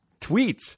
tweets